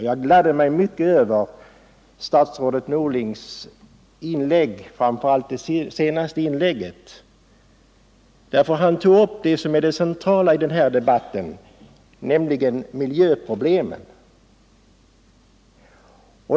Jag gladde mig mycket över statsrådet Norlings Tisdagen den inlägg, framför allt det senaste; han tog upp det centrala i den här debat 26 november 1974 ten, nämligen miljöproblemen.